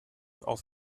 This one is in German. auf